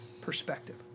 perspective